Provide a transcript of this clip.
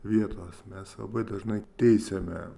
vietos mes labai dažnai teisiame